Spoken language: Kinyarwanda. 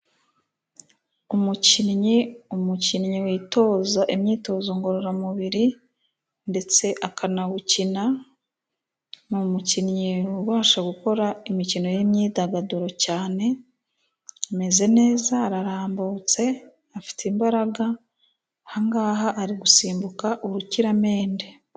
Umukinnyi, umukinnyi witoza imyitozo ngororamubiri, ndetse akanawukina, ni umumukinnyi ubasha gukora imikino y'imyidagaduro cyane, ameze neza ararambutse, afite imbaraga, ahangaha arigusimbuka ubukiramende.